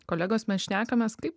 kolegos mes šnekamės kaip